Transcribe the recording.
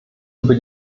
über